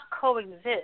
coexist